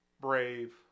brave